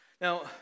Now